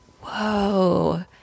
Whoa